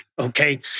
okay